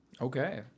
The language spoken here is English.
Okay